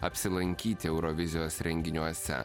apsilankyti eurovizijos renginiuose